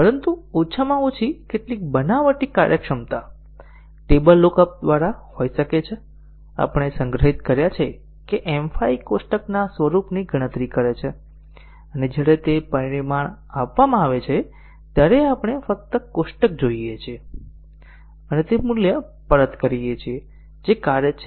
પરંતુ ઓછામાં ઓછી કેટલીક બનાવટી કાર્યક્ષમતા ટેબલ લુક અપ દ્વારા હોઈ શકે છે આપણે સંગ્રહિત કર્યા છે કે M 5 કોષ્ટકના સ્વરૂપની ગણતરી કરે છે અને જ્યારે તે પરિમાણ આપવામાં આવે છે ત્યારે આપણે ફક્ત કોષ્ટક જોઈએ છીએ અને તે મૂલ્ય પરત કરીએ છીએ જે સ્ટબ કાર્ય છે